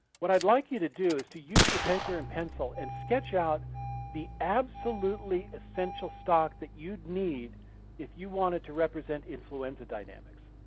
what i'd like to you to do is to use your paper and pencil and sketch out the absolutely essential stock that you'd need if you wanted to represent influenza dynamics.